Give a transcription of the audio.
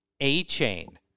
A-Chain